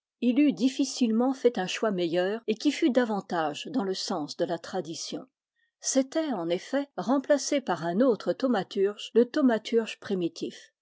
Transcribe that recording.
eût difficilement fait un choix meil leur et qui fût davantage dans le sens de la tradition c'é tait en effet remplacer par un autre thaumaturge le thau maturge primitif